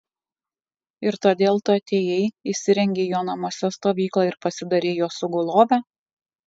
ir todėl tu atėjai įsirengei jo namuose stovyklą ir pasidarei jo sugulove